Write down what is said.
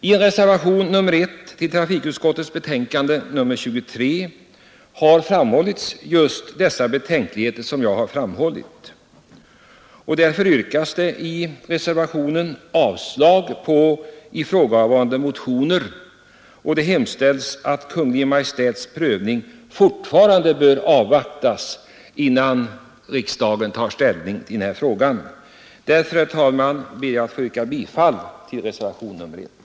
I reservation nr 1 till trafikutskottets betänkande har anförts just de betänkligheter som jag har framhållit. I reservationen yrkas därför avslag på ifrågavarande motioner och hemställs att Kungl. Maj:ts prövning fortfarande bör avvaktas, innan riksdagen tar ställning i den här frågan. Herr talman! Jag ber att få yrka bifall till reservationen 1.